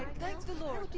thank the lord.